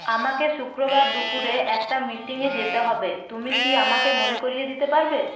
আমাকে শুক্রবার দুপুরে একটা মিটিংয়ে যেতে হবে তুমি কি আমাকে মনে করিয়ে দিতে পারবে